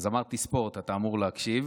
אמרתי "ספורט", אז אתה אמור להקשיב.